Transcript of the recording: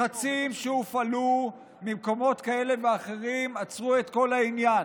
לחצים שהופעלו ממקומות כאלה ואחרים עצרו את כל העניין.